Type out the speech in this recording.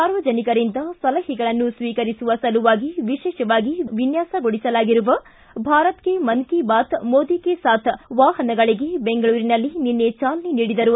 ಸಾರ್ವಜನಿಕರಿಂದ ಸಲಹೆಗಳನ್ನು ಶ್ವೀಕರಿಸುವ ಸಲುವಾಗಿ ವಿಶೇಷವಾಗಿ ವಿನ್ನಾಸ ಗೊಳಿಸಲಾಗಿರುವ ಭಾರತ್ ಕೆ ಮನ್ ಕಿ ಬಾತ್ ಮೋದಿ ಕೆ ಸಾಥ್ ವಾಹನಗಳಿಗೆ ಬೆಂಗಳೂರಿನಲ್ಲಿ ನಿನ್ನೆ ಚಾಲನೆ ನೀಡಿದರು